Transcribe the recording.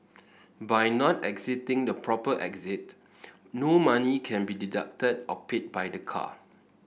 by not exiting the proper exit no money can be deducted or paid by the car